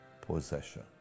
possession